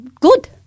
Good